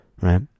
right